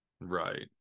right